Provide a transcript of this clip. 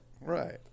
Right